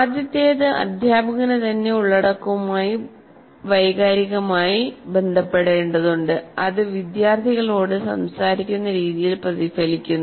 ആദ്യത്തേത് അധ്യാപകന് തന്നെ ഉള്ളടക്കവുമായി വൈകാരികമായി ബന്ധപ്പെടേണ്ടതുണ്ട് അത് വിദ്യാർത്ഥികളോട് സംസാരിക്കുന്ന രീതിയിൽ പ്രതിഫലിക്കുന്നു